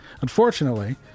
Unfortunately